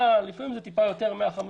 100, ולפעמים זה קצת יותר מ-150.